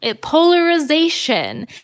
Polarization